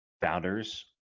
founders